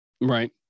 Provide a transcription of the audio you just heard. right